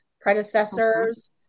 predecessors